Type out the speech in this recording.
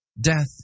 Death